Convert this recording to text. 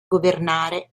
governare